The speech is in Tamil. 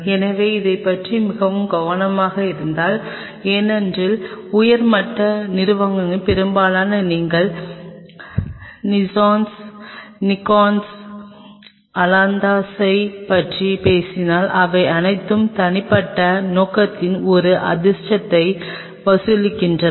எனவே இதைப் பற்றி மிகவும் கவனமாக இருங்கள் ஏனென்றால் இந்த உயர்மட்ட நிறுவனங்களில் பெரும்பாலானவை நீங்கள் ஜெய்ஸ் நிகான் அலாந்தஸைப் பற்றி பேசினாலும் அவை அனைத்தும் தனிப்பட்ட நோக்கத்திற்காக ஒரு அதிர்ஷ்டத்தை வசூலிக்கின்றன